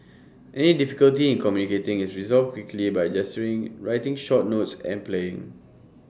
any difficulty in communicating is resolved quickly by gesturing writing short notes and playing